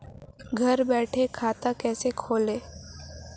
घर बैठे खाता कैसे खोलें?